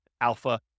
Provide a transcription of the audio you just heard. alpha